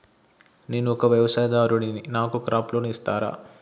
నేను ఒక వ్యవసాయదారుడిని నాకు క్రాప్ లోన్ ఇస్తారా?